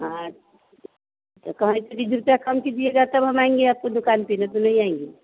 तो कहे रुपिया कम कीजिएगा तब हम आएंगे आपको दुकान पे न तो नहीं आएंगे